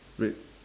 red